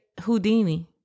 Houdini